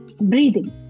breathing